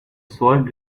sword